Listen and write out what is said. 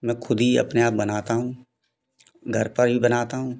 मैं खुद ही अपने आप बनाता हूँ घर पर ही बनाता हूँ